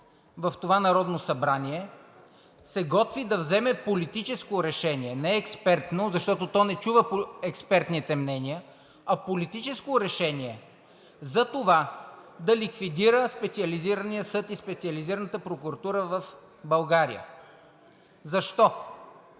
в това Народно събрание се готви да вземе политическо решение, не експертно, защото то не чува експертните мнения, а политическо решение затова да ликвидира Специализирания съд и Специализираната прокуратура в България. Защо?